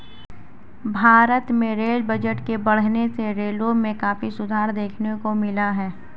भारत में rail budget के बढ़ने से रेलों में काफी सुधार देखने को मिला है